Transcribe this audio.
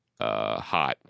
Hot